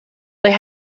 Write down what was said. they